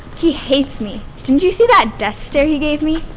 he hates me. didn't you see that death stare he gave me?